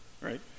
right